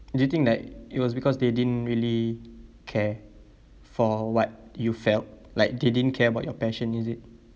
do you think like it was because they didn't really care for what you felt like they didn't care about your passion is it